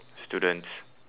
students